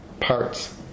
parts